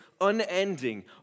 unending